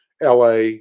LA